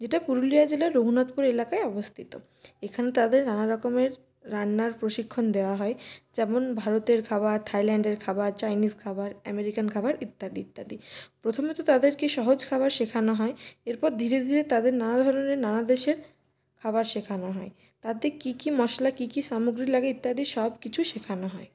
যেটা পুরুলিয়া জেলার রঘুনাথপুর এলাকায় অবস্থিত এখানে তাদের নানা রকমের রান্নার প্রশিক্ষণ দেওয়া হয় যেমন ভারতের খাবার থাইল্যান্ডের খাবার চাইনিজ খাবার আমেরিকান খাবার ইত্যাদি ইত্যাদি প্রথমে তো তাদেরকে সহজ খাবার শেখানো হয় এরপরে ধীরে ধীরে তাদের নানা ধরনের নানা দেশের খাবার শেখানো হয় তাতে কী কী মশলা কী কী সামগ্রী লাগে ইত্যাদি সবকিছুই শেখানো হয়